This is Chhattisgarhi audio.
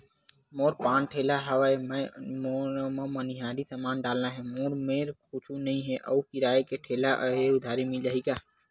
मोर पान ठेला हवय मैं ओमा मनिहारी समान डालना हे मोर मेर कुछ नई हे आऊ किराए के ठेला हे उधारी मिल जहीं का?